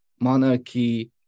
monarchy